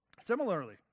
Similarly